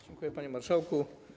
Dziękuję, panie marszałku.